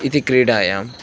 इति क्रीडायाम्